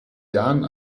jahren